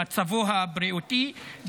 במצבו הבריאותי,